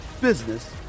business